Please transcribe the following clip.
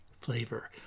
flavor